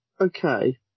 Okay